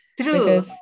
True